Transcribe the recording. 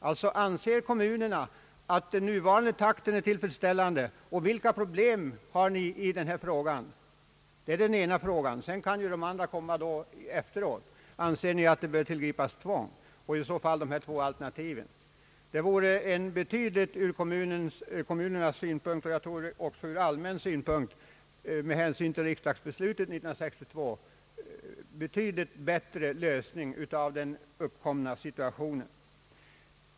Alltså: Anser kommunerna att den nuvarande takten är tillfredsställande och vilka problem har ni i denna fråga? Detta skulle vara en av frågorna. De andra kan komma efteråt: Anser ni att det bör tillgripas tvång? I så fall bör man lägga fram dessa två alternativ. Det är ur kommunernas synpunkt och även ur allmän synpunkt med hänsyn till riksdagsbeslutet av 1962 en betydligt bättre utväg ur den nu uppkomna situationen.